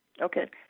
Okay